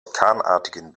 orkanartigen